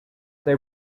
they